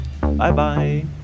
Bye-bye